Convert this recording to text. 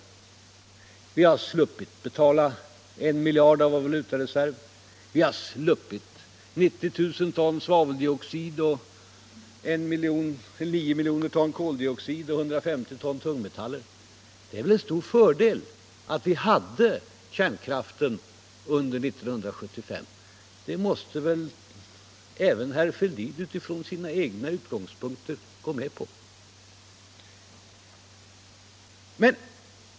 Vi har sluppit betala en miljard kronor av vår valutareserv. Vi har sluppit 90000 ton svaveldioxid, nio miljoner ton koldioxid och 150 ton tungmetaller. Det var en stor fördel att vi hade kärnkraften under 1975. Det måste väl även herr Fälldin utifrån sina egna utgångspunkter gå med på.